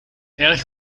erg